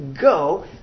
go